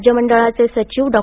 राज्य मंडळाचे सचिव डॉ